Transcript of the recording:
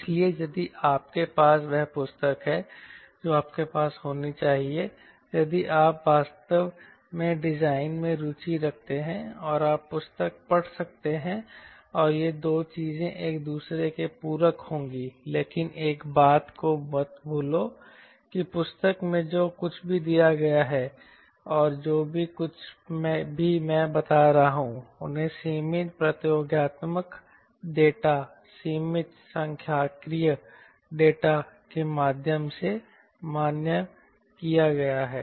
इसलिए यदि आपके पास वह पुस्तक है जो आपके पास होनी चाहिए यदि आप वास्तव में डिजाइन में रुचि रखते हैं और आप पुस्तक पढ़ सकते हैं और ये 2 चीजें एक दूसरे के पूरक होंगीलेकिन एक बात को मत भूलो कि पुस्तक में जो कुछ भी दिया गया है और जो कुछ भी मैं बता रहा हूं उन्हें सीमित प्रयोगात्मक डेटा सीमित सांख्यिकीय डेटा के माध्यम से मान्य किया गया है